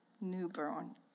newborn